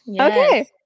Okay